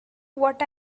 what